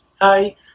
Hi